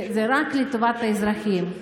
וזה רק לטובת האזרחים,